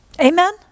Amen